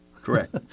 Correct